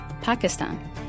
Pakistan